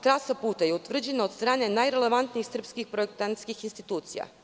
Ta trasa puta je utvrđena od strane najrelevantnijih srpskih projektantskih institucija.